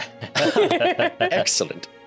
Excellent